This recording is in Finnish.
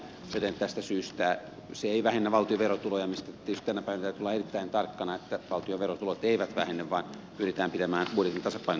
joten tästä syystä se ei vähennä valtion verotuloja missä tietysti tänä päivänä täytyy olla erittäin tarkkana että valtion verotulot eivät vähene vaan pyritään pitämään budjetin tasapainottamisesta huolta